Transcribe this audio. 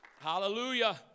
Hallelujah